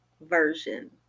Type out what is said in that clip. version